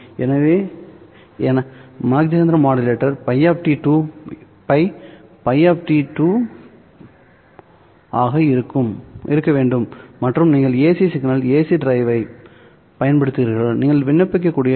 எனவே என Mach Zehnder modulator π to π π to be π ஆக இருக்க வேண்டும் மற்றும் நீங்கள் ஏசி சிக்னல் ஏசி டிரைவைப் பயன்படுத்துகிறீர்கள்நீங்கள் விண்ணப்பிக்கக்கூடிய டி